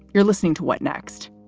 you're listening to what next?